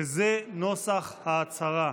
וזהו נוסח ההצהרה: